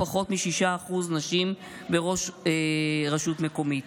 עם פחות מ-6% נשים בראש רשות מקומית.